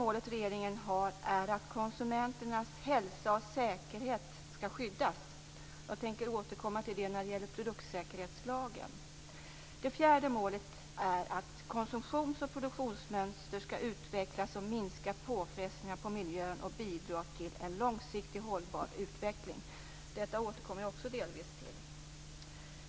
3. Konsumenternas hälsa och säkerhet skall skyddas. Jag tänker återkomma till det när det gäller produktsäkerhetslagen. 4. Konsumtions och produktionsmönster skall utvecklas och minska påfrestningarna på miljön och bidra till en långsiktig hållbar utveckling. Detta återkommer jag också delvis till.